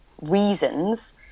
reasons